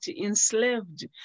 enslaved